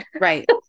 Right